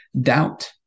doubt